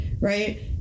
right